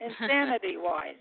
Insanity-wise